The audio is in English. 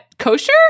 Kosher